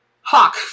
Hawk